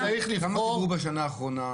כמה חיברו בשנה האחרונה?